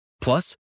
Plus